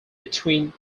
between